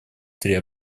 три